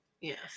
Yes